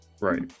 Right